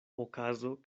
okazo